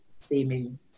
seeming